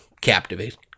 captivated